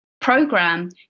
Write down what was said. program